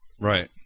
Right